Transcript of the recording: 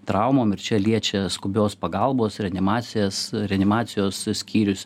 traumom ir čia liečia skubios pagalbos reanimacijas reanimacijos skyrius